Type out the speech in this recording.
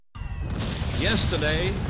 Yesterday